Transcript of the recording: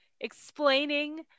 explaining